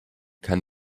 kann